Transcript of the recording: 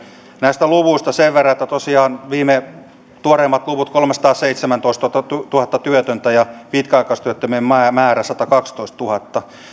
näistä luvuista sen verran että tosiaan tuoreimpien lukujen mukaan on kolmesataaseitsemäntoistatuhatta työtöntä ja pitkäaikaistyöttömien määrä satakaksitoistatuhatta ja